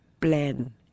plan